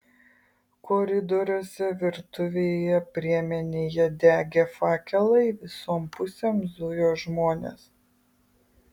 koridoriuose virtuvėje priemenėje degė fakelai visom pusėm zujo žmonės